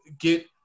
get –